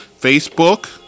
Facebook